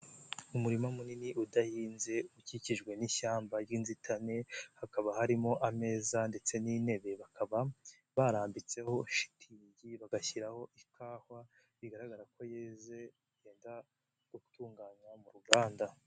Umurima munini udahinze ukikijwe n'ishyamba ry'inzitane, hakaba harimo ameza ndetse n'intebe, bakaba barambitseho shitingi, bagashyiraho ikawa bigaragara ko yeze yenda gutunganywa mu ruganda.